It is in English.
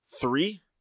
three